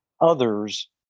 others